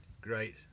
Great